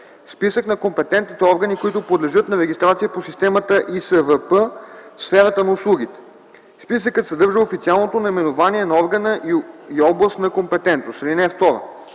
списък на компетентните органи, които подлежат на регистрация в системата ИСВП в сферата на услугите; списъкът съдържа официалното наименование на органа и област на компетентност.